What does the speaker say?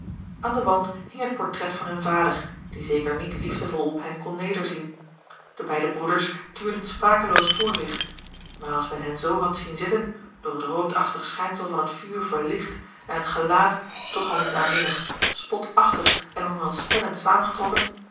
aan den wand hing het portret van hun vader die zeker niet liefdevol op hen kon neder zien de beide broeders tuurden sprakeloos voor zich maar als men hen zoo had zien zitten door het roodachtig schijnsel van het vuur verlicht en het gelaat toch al niet aanminnig spotachtig en onheilspellend